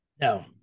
No